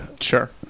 Sure